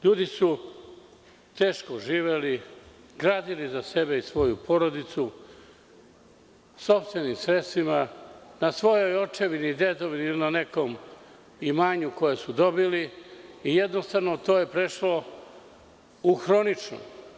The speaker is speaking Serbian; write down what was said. Ljudi su teško živeli, gradili za sebe i svoju porodicu, sopstvenim sredstvima na svojoj očevini, dedovini ili na nekom imanju koje su dobili i jednostavno to je prešlo u hronično.